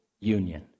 union